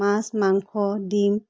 মাছ মাংস ডিম